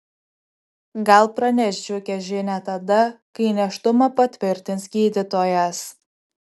gal praneš džiugią žinią tada kai nėštumą patvirtins gydytojas